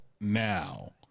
now